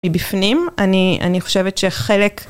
מבפנים, אני חושבת שחלק